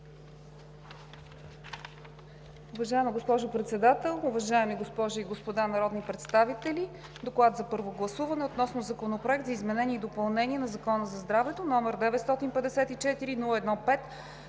Уважаема госпожо Председател, уважаеми госпожи и господа народни представители! „ДОКЛАД за първо гласуване относно Законопроект за изменение и допълнение на Закона за здравето, № 954-01-5,